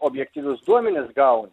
objektyvius duomenis gau